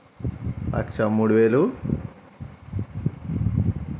లక్ష మూడు వేలు